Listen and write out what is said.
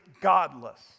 godless